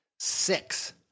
Six